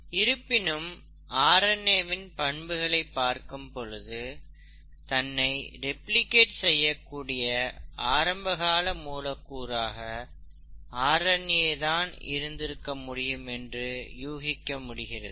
இருப்பினும் R N A வின் பண்புகளை பார்க்கும் பொழுது தன்னை ரெப்லிகேட் செய்ய கூடிய ஆரம்ப கால மூலக்கூராக ஆர் என் ஏ தான் இருந்திருக்க முடியும் என்று யூகிக்க முடிகிறது